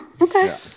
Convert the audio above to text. Okay